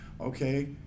okay